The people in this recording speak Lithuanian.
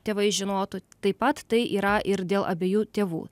tėvai žinotų taip pat tai yra ir dėl abiejų tėvų